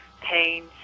pain